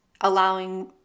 allowing